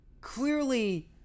clearly